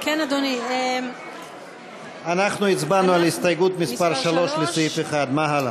אנחנו הצבענו על הסתייגות מס' 3 לסעיף 1. מה הלאה?